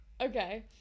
okay